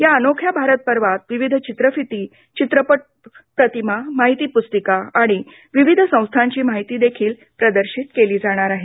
या अनोख्या भारत पर्वात विविध चित्रफिती चित्रपट प्रतिमा माहिती पुस्तिका आणि विविध संस्थांची माहिती देखील प्रदर्शित केली जाणार आहे